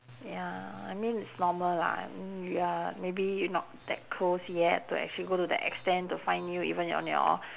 ya I mean it's normal lah I mean you are maybe you not that close yet to actually go to that extent to find you even on your